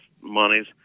monies